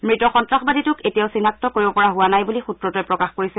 মৃত সন্তাসবাদীটোক এতিয়াও চিনাক্ত কৰিব পৰা হোৱা নাই বুলি সূত্ৰটোৱে প্ৰকাশ কৰিছে